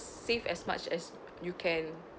save as much as you can